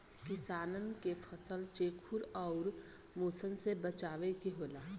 किसानन के फसल चेखुर आउर मुसन से बचावे के होला